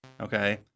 okay